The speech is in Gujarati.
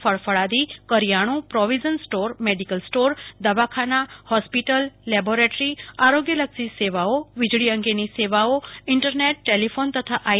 ફળાદી કરીયાણું પ્રોવીઝન સ્ટોર મેડીકલ સ્ટોર દવાખાનાહોસ્પિટલ લેબોરેટરી આરોગ્યલક્ષી સેવાઓ વીજળી અંગેની સેવાઓ ટેલિફોન તથા આઇ